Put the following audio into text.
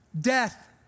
death